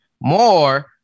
more